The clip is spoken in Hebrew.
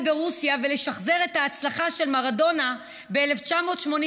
ברוסיה ולשחזר את ההצלחה של מראדונה ב-1986,